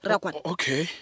Okay